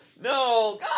No